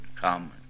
come